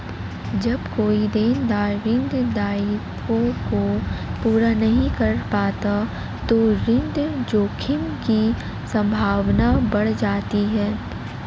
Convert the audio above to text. जब कोई देनदार ऋण दायित्वों को पूरा नहीं कर पाता तो ऋण जोखिम की संभावना बढ़ जाती है